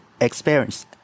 experience